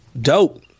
Dope